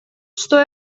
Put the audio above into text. что